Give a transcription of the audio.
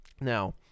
Now